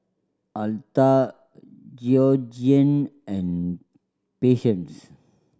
Altha Georgeann and Patience